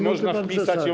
można wpisać ją.